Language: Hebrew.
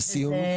משפטים לסיום.